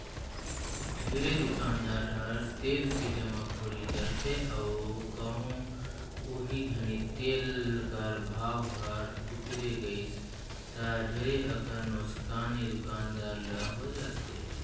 ढेरे दुकानदार ह तेल के जमाखोरी करथे अउ कहों ओही घनी तेल कर भाव हर उतेर गइस ता ढेरे अकन नोसकानी दुकानदार ल होए जाथे